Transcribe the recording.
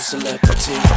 Celebrity